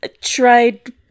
tried